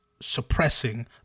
suppressing